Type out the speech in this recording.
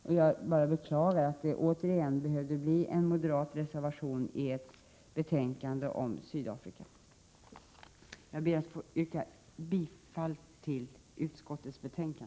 Jag beklagar bara att det återigen behövde bli en moderat reservation i ett betänkande om Sydafrika. Jag ber att få yrka bifall till utskottets hemställan.